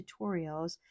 tutorials